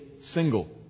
single